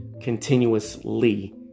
continuously